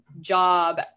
job